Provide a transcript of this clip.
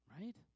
right